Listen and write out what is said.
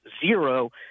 zero